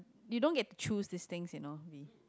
you don't get choose this thing you know the